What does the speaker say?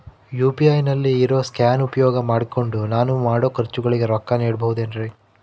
UPI ನಲ್ಲಿ ಇರೋ scan ಉಪಯೋಗ ಮಾಡಿಕೊಂಡು ನಾನು ಮಾಡೋ ಖರ್ಚುಗಳಿಗೆ ರೊಕ್ಕ ನೇಡಬಹುದೇನ್ರಿ?